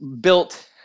built